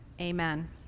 amen